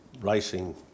racing